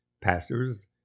pastors